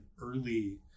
early